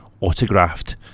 autographed